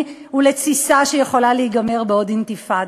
ולתסיסה שיכולה להיגמר בעוד אינתיפאדה.